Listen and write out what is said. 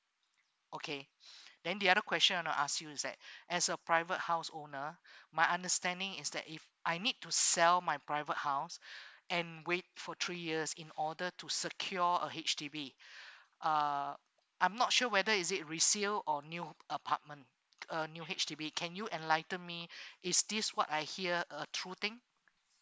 okay then the other question I want to ask you is that as a private house owner my understanding is that if I need to sell my private house and wait for three years in order to secure a H_D_B uh I'm not sure whether is it resale or new apartment a new H_D_B can you enlighten me is this what I hear a true thing